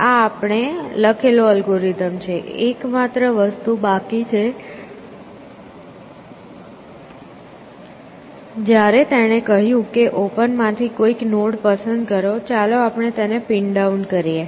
આ આપણે લખેલો અલ્ગોરિધમ છે એકમાત્ર વસ્તુ બાકી છે જ્યારે તેણે કહ્યું કે ઓપન માંથી કોઈક નોડ પસંદ કરો ચાલો આપણે તેને પિન ડાઉન કરીએ